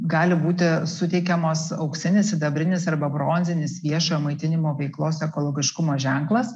gali būti suteikiamas auksinis sidabrinis arba bronzinis viešojo maitinimo veiklos ekologiškumo ženklas